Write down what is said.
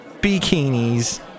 bikinis